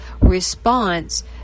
response